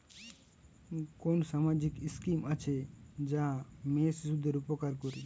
কোন সামাজিক স্কিম আছে যা মেয়ে শিশুদের উপকার করে?